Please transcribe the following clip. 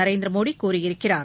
நரேந்திர மோடி கூறியிருக்கிறார்